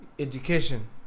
education